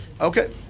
Okay